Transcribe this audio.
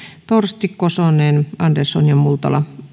torsti kosonen andersson ja multala